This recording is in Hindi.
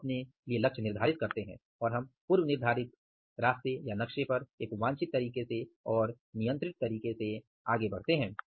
हम अपने लिए लक्ष्य निर्धारित करते हैं और हम पूर्व निर्धारित रास्ते या नक्शे पर एक वांछित तरीके से और नियंत्रण तरीके से आगे बढ़ते हैं